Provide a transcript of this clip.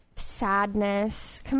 Sadness